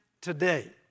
today